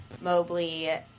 Mobley